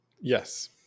Yes